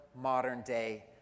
modern-day